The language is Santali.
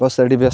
ᱵᱮᱥ ᱟᱹᱰᱤᱵᱮᱥ